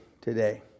today